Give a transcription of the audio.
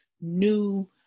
new